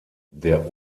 der